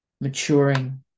maturing